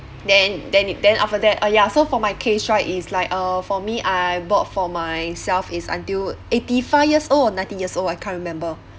then then then after that uh ya so for my case right is like uh for me I bought for myself is until eighty five years old or nineteen years old I can't remember